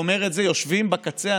אדוני יושב-ראש הכנסת,